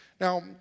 Now